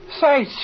Say